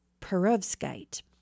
perovskite